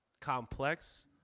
complex